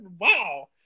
Wow